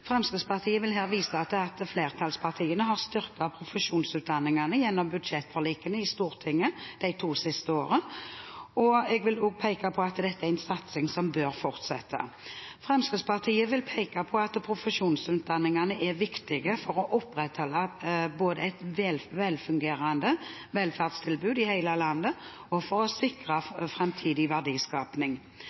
Fremskrittspartiet vil her vise til at flertallspartiene har styrket profesjonsutdanningene gjennom budsjettforlikene i Stortinget de to siste årene, og at dette er en satsing som bør fortsette. Fremskrittspartiet vil peke på at profesjonsutdanninger er viktig, både for å opprettholde et velfungerende velferdstilbud i hele landet og for å sikre